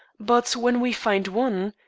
but when we find one,